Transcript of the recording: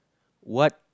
what